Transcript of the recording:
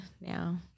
now